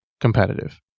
competitive